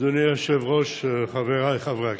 אדוני היושב-ראש, חבריי חברי הכנסת,